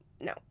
no